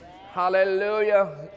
Hallelujah